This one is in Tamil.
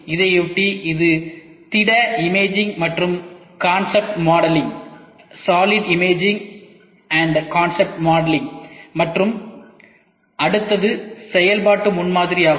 இதையொட்டி இது திட இமேஜிங் மற்றும் கான்செப்ட் மாடலிங் மற்றும் அடுத்தது செயல்பாட்டு முன்மாதிரி ஆகும்